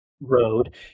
road